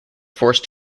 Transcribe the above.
forced